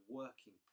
working